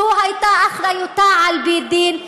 זו הייתה אחריותה על פי דין,